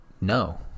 No